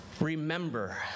Remember